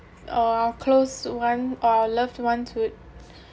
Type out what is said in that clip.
or our close one or our loved one should